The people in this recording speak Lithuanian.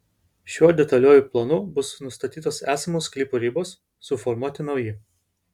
šiuo detaliuoju planu bus nustatytos esamų sklypų ribos suformuoti nauji